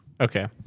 Okay